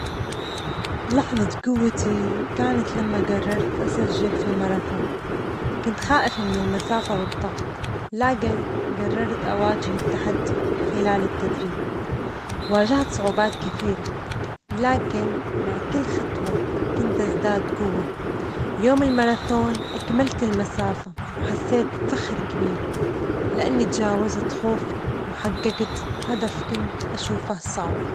لحظة جوتي كانت لما جررت أسجل في ماراثون، كنت خائفة من المسافة والضغط، لكن جررت أواجه التحدي خلال التدريب، واجهت صعوبات كثيرة، لكن مع كل خطوة كنت أزداد جوة، يوم الماراثون أكملت المسافة، حسيت بفخر كبير لأني تجاوزت خوفي وحججت هدف كنت أشوفه صعب.